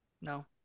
No